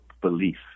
belief